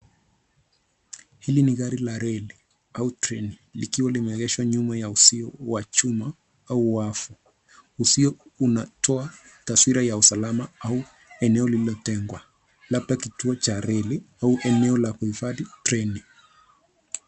Hili ni gari la reli au treni likiwa limeegeshwa nyuma ya uzio wa chuma au wavu. Uzio unatoa taswira ya usalama au eneo lililotengwa, labda kituo cha reli au eneo la kuhifadhi treni.